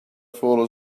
fall